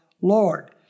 Lord